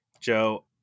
joe